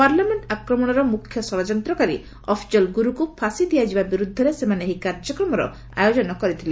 parliament ଆକ୍ରମଣର ମୁଖ୍ୟ ଷଡ଼ଯନ୍ତ୍ରଣକାରୀ ଅଫଜଲ୍ ଗୁରୁକୁ ଫାଶି ଦିଆଯିବା ବିରୁଦ୍ଧରେ ସେମାନେ ଏହି କାର୍ଯ୍ୟକ୍ରମର ଆୟୋଜନ କରିଥିଲେ